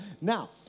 Now